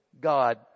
God